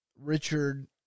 Richard